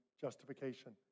justification